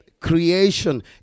Creation